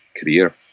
career